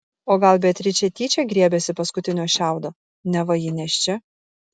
o gal beatričė tyčia griebėsi paskutinio šiaudo neva ji nėščia